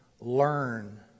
Learn